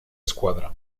escuadra